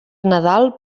nadal